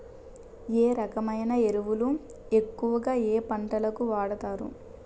ఏ రకమైన ఎరువులు ఎక్కువుగా ఏ పంటలకు వాడతారు?